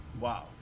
Wow